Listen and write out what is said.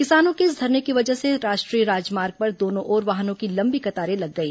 किसानों के इस धरने की वजह से राष्ट्रीय राजमार्ग पर दोनों ओर वाहनों की लंबी कतारें लग गई